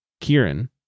Kieran